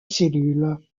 cellule